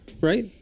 right